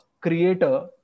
creator